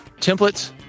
templates